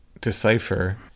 decipher